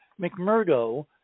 McMurdo